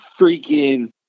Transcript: freaking